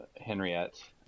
Henriette